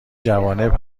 جوانب